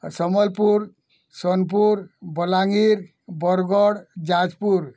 Sambalpur Sonepur Balangir Bargarh Jajpur